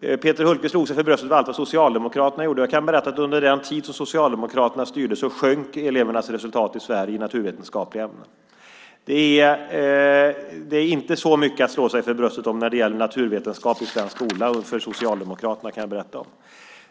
Peter Hultqvist slog sig för bröstet för allt vad Socialdemokraterna gjorde. Jag kan berätta att under den tid som Socialdemokraterna styrde sjönk elevernas resultat i naturvetenskapliga ämnen i Sverige. Det är inte så mycket att slå sig för bröstet för när det gäller naturvetenskap i svensk skola för Socialdemokraterna, kan jag berätta.